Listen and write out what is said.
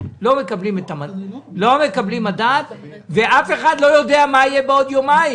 לא מקבלים מדד ואף אחד לא יודע מה יהיה בעוד יומיים.